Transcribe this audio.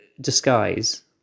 disguise